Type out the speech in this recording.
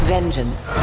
Vengeance